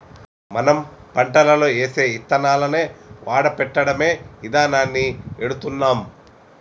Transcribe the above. మనం పంటలో ఏసే యిత్తనాలను వాడపెట్టడమే ఇదానాన్ని ఎడుతున్నాం